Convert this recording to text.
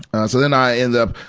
so, then i end up,